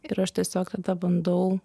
ir aš tiesiog tada bandau